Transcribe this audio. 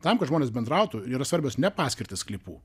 tam kad žmonės bendrautų yra svarbios ne paskirtis sklypų